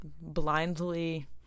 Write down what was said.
blindly